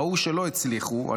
ראו שלא הצליחו,